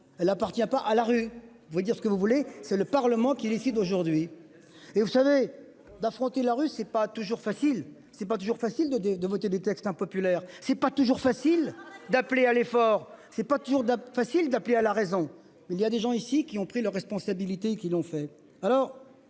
Elle appartient pas à la rue. Il faut dire ce que vous voulez, c'est le Parlement qui décide aujourd'hui et vous savez d'affronter la rue c'est pas toujours facile. C'est pas toujours facile de de de voter des textes impopulaire. C'est pas toujours facile d'appeler à l'effort. C'est pas toujours facile d'appeler à la raison. Il y a des gens ici qui ont pris leurs responsabilités qui l'ont fait